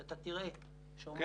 כשאתה תראה --- כן.